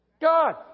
God